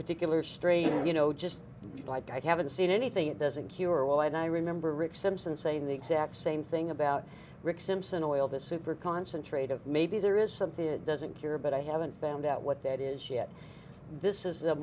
particular strain you know just like i haven't seen anything it doesn't cure all and i remember rick simpson saying the exact same thing about rick simpson oil the super concentrate of maybe there is something doesn't cure but i haven't found out what that is yet this is the